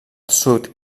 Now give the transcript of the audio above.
sud